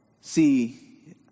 see